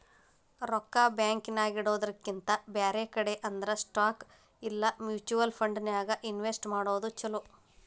ರೊಕ್ಕಾ ಬ್ಯಾಂಕ್ ನ್ಯಾಗಿಡೊದ್ರಕಿಂತಾ ಬ್ಯಾರೆ ಕಡೆ ಅಂದ್ರ ಸ್ಟಾಕ್ ಇಲಾ ಮ್ಯುಚುವಲ್ ಫಂಡನ್ಯಾಗ್ ಇನ್ವೆಸ್ಟ್ ಮಾಡೊದ್ ಛಲೊ